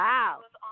Wow